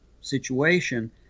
situation